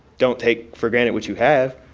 don't take for granted what you have.